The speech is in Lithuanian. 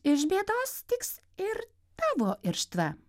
iš bėdos tiks ir tavo irštva